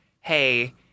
hey